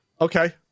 Okay